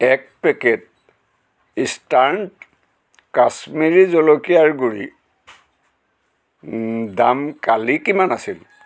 এক packet eastern Kashmiri জলকীয়াৰ গুড়িৰ দাম কালি কিমান আছিল